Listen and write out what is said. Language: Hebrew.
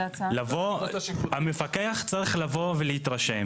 המפקח צריך לבוא ולהתרשם.